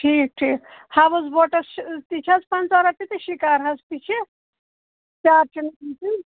ٹھیٖک ٹھیٖک ہاوُس بوٹَس چھِ تہِ چھِ حظ پنٛژاہ رۄپیہِ تہِ شِکاراہَس تہِ چھِ چار